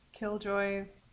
Killjoys